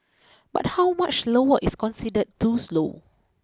but how much slower is considered too slow